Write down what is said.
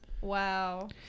Wow